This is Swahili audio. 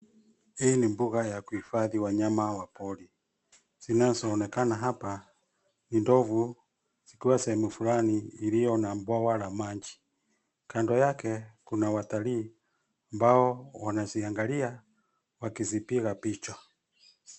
Hii ni mbuga ya kuhifadhi wanyama wa pori, zinazoonekana hapa ni ndovu zikiwa sehemu flani iliyo na bwawa la maji. Kando yake kuna watalii ambao wanaziangalia wakizipiga picha.